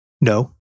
No